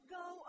go